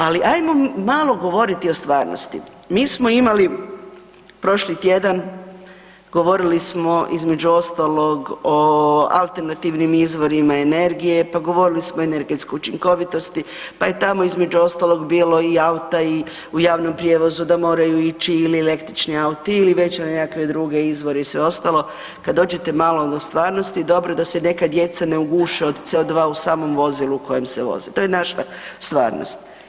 Ali ajmo malo govoriti o stvarnosti, mi smo imali prošli tjedan govorili smo između ostalog o alternativnim izvorima energije, pa govorili smo o energetskoj učinkovitosti pa je tamo između ostalog bilo i auta u javnom prijevozu da moraju ići ili električni auti ili već na nekakve druge izvore i sve ostalo, kada dođete malo u stvarnosti dobro da se neka djeca ne uguše od CO2 u samom vozilu u kojem se voze, to je naša stvarnost.